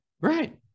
right